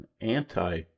anti